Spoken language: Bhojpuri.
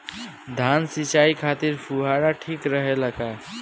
धान सिंचाई खातिर फुहारा ठीक रहे ला का?